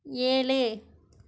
ஏழு